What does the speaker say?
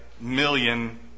million